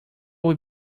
will